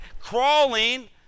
crawling